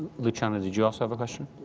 luciano, did you also have a question?